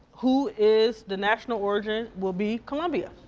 who is the national origin, will be colombian.